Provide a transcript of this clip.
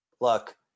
look